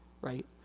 right